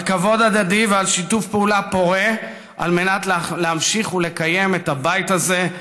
על כבוד הדדי ועל שיתוף פעולה פורה על מנת להמשיך לקיים את הבית הזה,